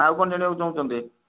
ନା ଆଉ କ'ଣ ଜାଣିବାକୁ ଚାହୁଁଛନ୍ତି